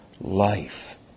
life